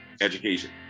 education